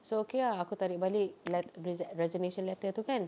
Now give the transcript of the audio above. so okay ah aku tarik balik let~ resig~ resignation letter itu kan